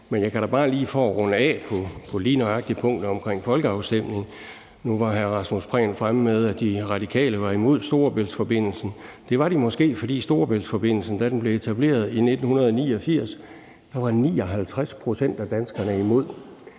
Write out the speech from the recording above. om det. Men for lige at runde af omkring folkeafstemning vil jeg sige, at hr. Rasmus Prehn var fremme med, at De Radikale var imod Storebæltsforbindelsen. Det var de måske, fordi Storebæltsforbindelsen, da den blev etableret i 1989, havde 59 pct. af danskerne imod